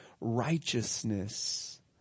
righteousness